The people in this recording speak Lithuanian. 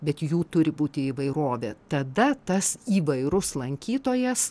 bet jų turi būti įvairovė tada tas įvairus lankytojas